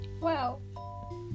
wow